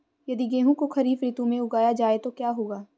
यदि गेहूँ को खरीफ ऋतु में उगाया जाए तो क्या होगा?